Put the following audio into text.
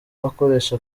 akoresha